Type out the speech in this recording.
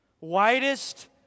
widest